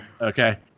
Okay